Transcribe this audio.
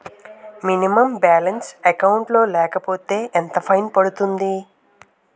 Minimum balance account లో లేకపోతే ఎంత ఫైన్ పడుతుంది?